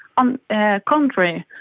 on the contrary,